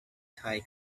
thai